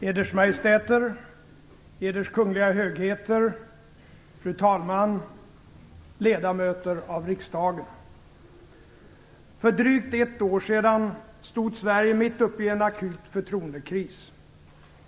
Eders Majestäter, Eders Kungliga Högheter, fru talman, ledamöter av riksdagen! För drygt ett år sedan stod Sverige mitt uppe i en akut förtroendekris.